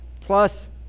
plus